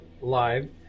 live